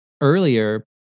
earlier